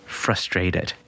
frustrated